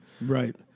Right